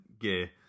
gear